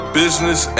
business